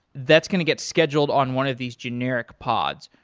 that's going to get scheduled on one of these generic pods.